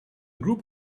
group